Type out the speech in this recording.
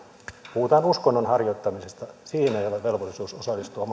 puhutaan uskonnon harjoittamisesta siihen ei ole velvollisuus osallistua